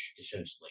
essentially